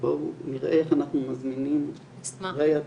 בואו נראה איך אנחנו מזמינים ריי,